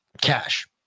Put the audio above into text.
cash